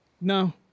no